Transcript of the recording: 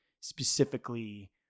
specifically